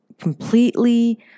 completely